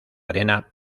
arena